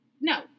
No